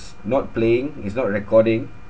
not playing it's not recording